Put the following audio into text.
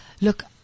Look